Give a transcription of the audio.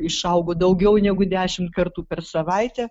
išaugo daugiau negu dešimt kartų per savaitę